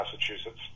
Massachusetts